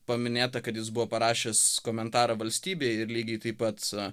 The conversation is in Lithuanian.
paminėta kad jis buvo parašęs komentarą valstybei ir lygiai taip pat